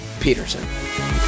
Peterson